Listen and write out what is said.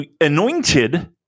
anointed